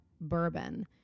bourbon